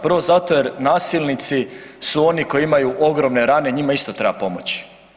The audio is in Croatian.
Prvo zato jer nasilnici su oni koji imaju ogromne rane, njima isto treba pomoći.